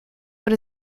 but